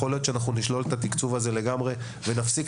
יכול להיות שנשלול את התקצוב הזה לגמרי ונפסיק